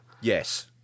Yes